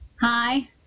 hi